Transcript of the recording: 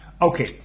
Okay